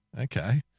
Okay